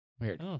weird